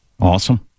Awesome